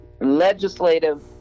legislative